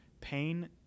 pain